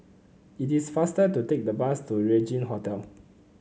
it is faster to take the bus to Regin Hotel